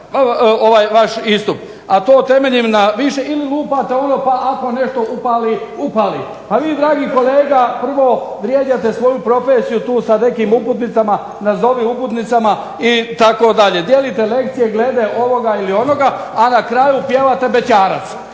ovaj vaš istup, a to temeljem na više ili lupate ono pa ako nešto upali, upali. A vi dragi kolega prvo vrijeđate svoju profesiju tu sa nekim uputnicama, nazovi uputnicama itd., dijelite lekcije glede ovoga ili onoga, a na kraju pjevate bećarac.